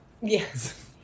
Yes